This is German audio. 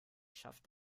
schafft